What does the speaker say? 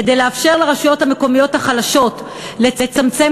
כדי לאפשר לרשויות המקומיות החלשות לצמצם